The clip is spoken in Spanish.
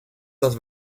las